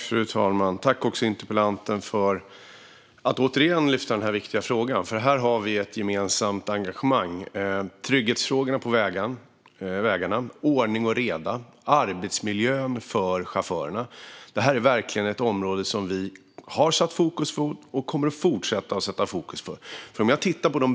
Fru talman! Jag tackar interpellanten för att han återigen lyfter denna viktiga fråga, för här har vi ett gemensamt engagemang. Tryggheten på vägarna, ordning och reda och arbetsmiljön för chaufförerna är verkligen frågor som vi har satt fokus på och kommer att fortsätta sätta fokus på.